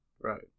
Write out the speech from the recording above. Right